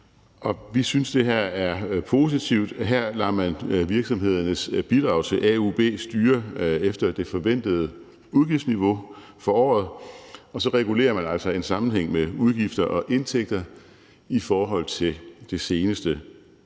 vi synes, det her er positivt. Her lader man virksomhedernes bidrag til AUB styre efter det forventede udgiftsniveau for året, og så regulerer man altså i en sammenhæng mellem udgifter og indtægter i forhold til det seneste